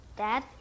Dad